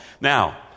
Now